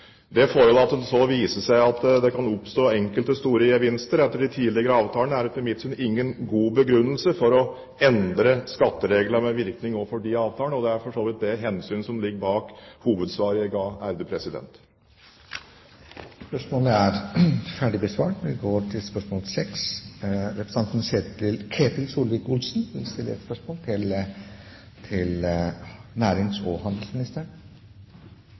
Det forholdet at det så viser seg at det kan oppnås enkelte store gevinster etter de tidligere avtalene, er etter mitt syn ingen god begrunnelse for å endre skattereglene med virkning også for de avtalene. Det er for så vidt det hensynet som ligger bak hovedsvaret jeg ga.